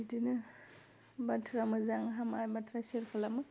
बिदिनो बाथ्रा मोजां हामा बाथ्रा शेयार खालामो